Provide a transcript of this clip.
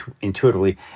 intuitively